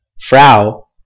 Frau